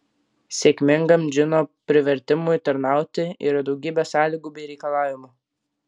sėkmingam džino privertimui tarnauti yra daugybė sąlygų bei reikalavimų